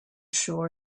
sure